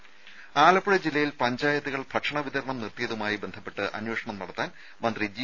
ദേദ ആലപ്പുഴ ജില്ലയിൽ പഞ്ചായത്തുകൾ ഭക്ഷണവിതരണം നിർത്തിയത് സംബന്ധിച്ച് അന്വേഷണം നടത്താൻ മന്ത്രി ജി